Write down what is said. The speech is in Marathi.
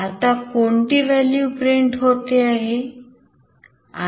आता कोणती value प्रिंट होते आहे